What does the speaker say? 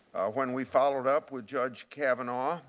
when we followed up with judge kavanaugh,